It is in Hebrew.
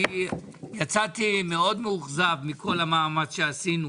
אני יצאתי מאוד מאוכזב מכל המאמץ שעשינו